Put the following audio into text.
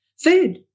Food